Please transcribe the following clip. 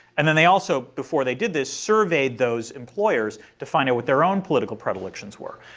and then they also, before they did this, surveyed those employers to find out what their own political predilections were.